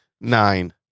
Nine